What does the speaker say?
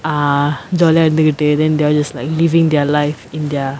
err jolly ah இருந்துகிட்டு:irunthukittu then they're just like living their life in their